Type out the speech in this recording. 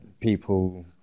people